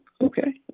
Okay